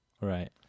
Right